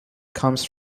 comes